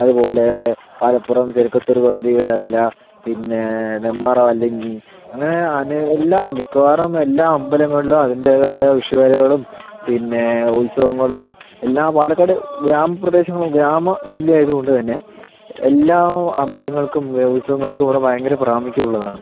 അതുപോലെ പാലപ്പുറം ചിനക്കത്തൂർ ഭഗവതി വേല പിന്നെ നെന്മാറ വല്ലങ്ങി അങ്ങനെ അനേകം എല്ലാ മിക്കവാറും എല്ലാ അമ്പലങ്ങളിലും അതിൻ്റെതായ വിഷുവേലകളും പിന്നെ ഉത്സവങ്ങളും എല്ലാ പാലക്കാട് ഗ്രാമപ്രദേശങ്ങളും ഗ്രാമ ജില്ലയായതു കൊണ്ടുത്തന്നെ എല്ലാ അമ്പലങ്ങൾക്കും ഉത്സവങ്ങൾക്കും ഇവിടെ ഭയങ്കര പ്രാമുഖ്യം ഉള്ളതാണ്